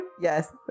Yes